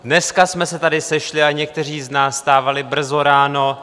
Dneska jsme se tady sešli a někteří z nás vstávali brzo ráno.